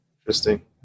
Interesting